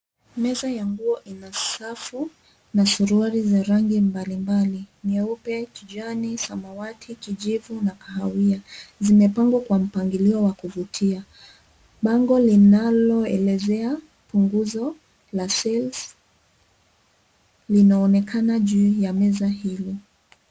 Meza ya nguo ina safu na suruali za rangi mbalimbali nyeupe, kijani ,samawati , kijivu na kahawia. Zimepangwa kwa mpangilio wa kuvutia . Bango linaloelezea punguzo la sales , linaonekana juu ya meza hilo.